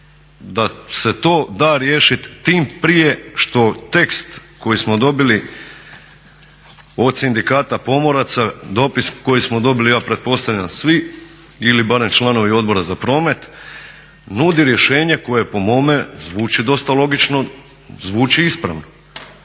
da se to da riješit tim prije što tekst koji smo dobili od Sindikata pomoraca, dopis koji smo dobili ja pretpostavljam svi ili barem članovi Odbora za promet, nudi rješenje koje po mome zvuči dosta logično, zvuči ispravno.